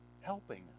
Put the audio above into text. helping